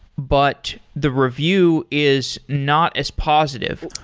but the review is not as positive.